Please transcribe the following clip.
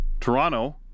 Toronto